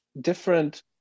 different